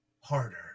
harder